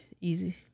easy